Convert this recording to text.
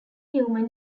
human